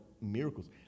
miracles